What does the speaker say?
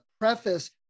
preface